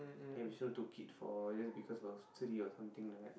then Vishnu took it for you know is because of Sri or something like that